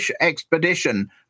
expedition